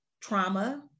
trauma